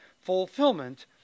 fulfillment